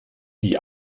die